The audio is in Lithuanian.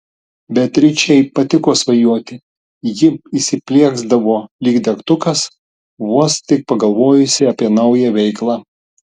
beatričei patiko svajoti ji įsiplieksdavo lyg degtukas vos tik pagalvojusi apie naują veiklą